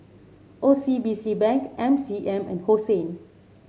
O C B C Bank M C M and Hosen